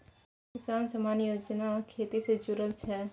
किसान सम्मान योजना खेती से जुरल छै